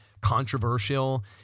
controversial